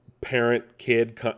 parent-kid